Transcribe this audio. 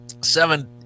seven